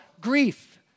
grief